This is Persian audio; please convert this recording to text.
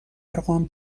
ارقام